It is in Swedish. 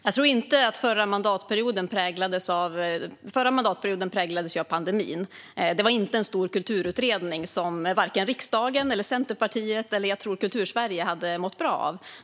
Fru talman! Förra mandatperioden präglades av pandemin. En stor kulturutredning hade varken riksdagen eller Centerpartiet eller, tror jag, Kultursverige mått bra av.